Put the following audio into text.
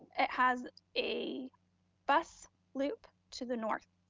it has a bus loop to the north,